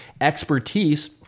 expertise